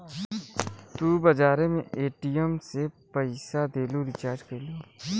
तू बजारे मे ए.टी.एम से पइसा देलू, रीचार्ज कइलू